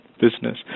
business